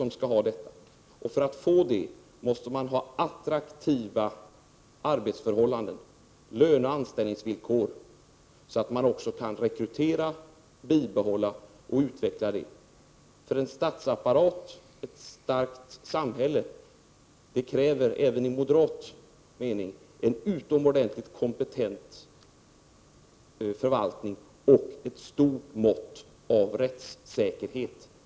Och för att åstadkomma det måste det vara attraktiva arbetsförhållanden, löneoch anställningsvillkor, så att man kan rekrytera och bibehålla personalen samt åstadkomma utveckling. En statsapparat, ett starkt samhälle, kräver även enligt moderat mening en utomordentligt kompetent förvaltning och ett stort mått av rättssäkerhet.